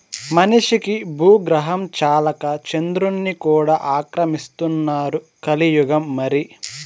మనిషికి బూగ్రహం చాలక చంద్రుడ్ని కూడా ఆక్రమిస్తున్నారు కలియుగం మరి